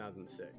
2006